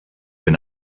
bin